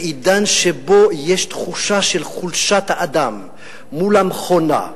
בעידן שיש תחושה של חולשת האדם מול המכונה,